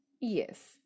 Yes